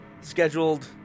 scheduled